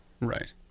right